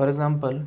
for example